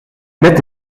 met